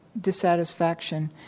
dissatisfaction